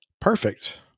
perfect